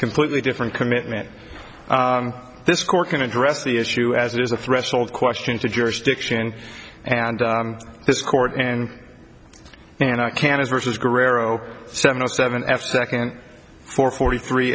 completely different commitment this court can address the issue as it is a threshold question to jurisdiction and this court and and i can as much as guerrero seven or seven f second for forty three